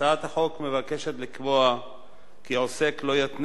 הצעת החוק מבקשת לקבוע כי עוסק לא יתנה